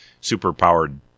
super-powered